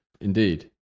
Indeed